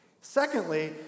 Secondly